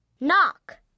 Knock